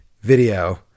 video